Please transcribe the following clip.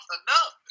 enough